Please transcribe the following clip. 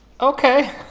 Okay